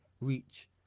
Reach